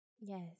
Yes